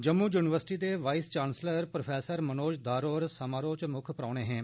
Jammu university दे vice chancellor prof Manoj Dhar होर समारोह् च मुक्ख परौह्ने हे